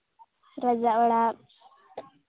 ᱨᱟᱡᱟ ᱚᱲᱟᱜ